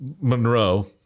Monroe